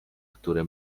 które